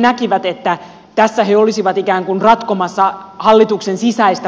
näkivät että tässä he olisivat ikään kuin ratkomassa hallituksen sisäistä ratkaisematonta riitaa